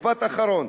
משפט אחרון.